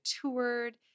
toured